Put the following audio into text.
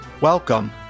Welcome